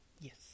Yes